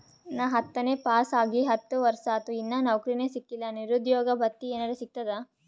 ನಾ ಹತ್ತನೇ ಪಾಸ್ ಆಗಿ ಹತ್ತ ವರ್ಸಾತು, ಇನ್ನಾ ನೌಕ್ರಿನೆ ಸಿಕಿಲ್ಲ, ನಿರುದ್ಯೋಗ ಭತ್ತಿ ಎನೆರೆ ಸಿಗ್ತದಾ?